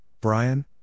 Brian